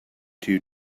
two